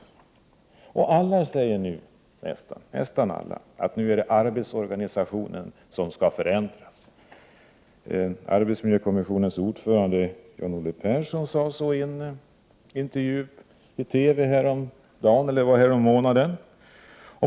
Nästan alla säger nu att det är arbetsorganisationen som skall förändras. Arbetsmiljökommissionens ordförande John Olle Persson sade så i en intervju i TV härommånaden.